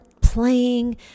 playing